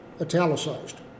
italicized